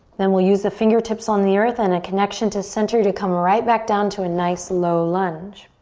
then we'll use the fingertips on the earth and a connection to center to come right back down to a nice low lunge.